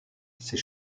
ces